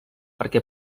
perquè